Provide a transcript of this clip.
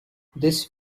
this